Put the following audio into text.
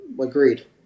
Agreed